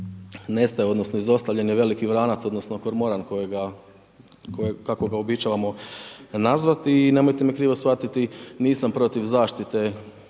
odnosno izostavljen je veliki vranac odnosno kormoran kako ga uobičavamo nazvati i nemojte me krivo shvatiti, nisam protiv zaštite